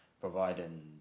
providing